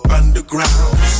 underground